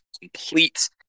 complete